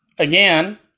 Again